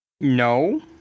no